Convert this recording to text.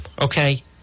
okay